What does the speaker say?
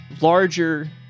larger